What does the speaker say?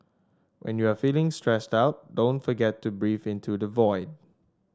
when you are feeling stressed out don't forget to breathe into the void